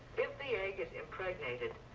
if the egg is impregnated,